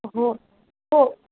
हो हो